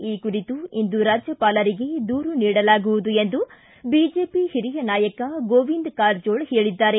ಈ ಕುರಿತು ಇಂದು ರಾಜ್ಯಪಾಲರಿಗೆ ದೂರು ನೀಡಲಾಗುವುದು ಎಂದು ಬಿಜೆಪಿ ಹಿರಿಯ ನಾಯಕ ಗೋವಿಂದ ಕಾರಜೋಲ್ ತಿಳಿಸಿದ್ದಾರೆ